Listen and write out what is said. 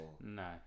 No